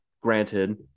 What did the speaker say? granted